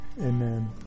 Amen